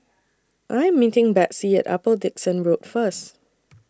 I Am meeting Betsey At Upper Dickson Road First